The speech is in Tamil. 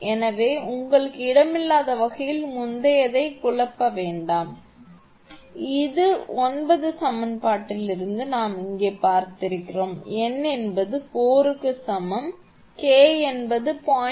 எனவே உங்களுக்கு இடமில்லாத வகையில் முந்தையதை குழப்ப வேண்டாம் உருவம் இது ஒன்பது சமன்பாட்டிலிருந்து நாம் இங்கே பார்த்திருக்கிறோம் n என்பது 4 க்கு சமம் K என்பது 0